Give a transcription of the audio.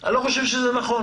אני לא חושב שזה נכון